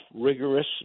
rigorous